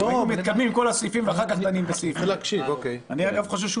היו מתקדמים עם כל הסעיפים ואחר כך דנים בסעיף אני אגב חושב שהוא